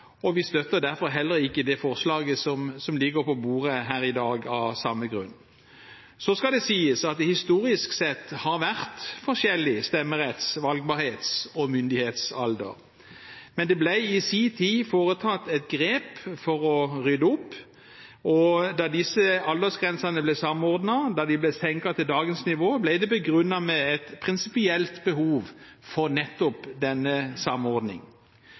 og vi støtter derfor heller ikke det forslaget som ligger på bordet her i dag. Så skal det sies at det historisk sett har vært forskjellig stemmeretts-, valgbarhets- og myndighetsalder, men det ble i sin tid foretatt et grep for å rydde opp. Da disse aldersgrensene ble samordnet, da de ble senket til dagens nivå, ble det begrunnet med et prinsipielt behov for nettopp